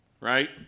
Right